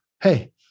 hey